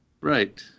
Right